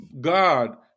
God